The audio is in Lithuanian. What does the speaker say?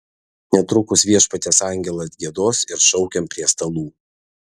netrukus viešpaties angelą atgiedos ir šaukiam prie stalų